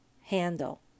handle